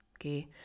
okay